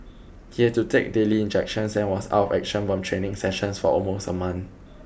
he had to take daily injections and was out of action from training sessions for almost a month